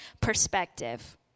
perspective